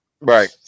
Right